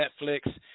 Netflix